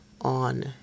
on